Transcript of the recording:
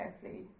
carefully